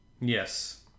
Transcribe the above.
Yes